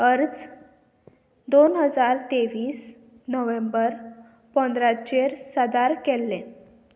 अर्ज दोन हजार तेवीस नोव्हेंबर पंदराचेर सादर केल्ले